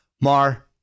Mar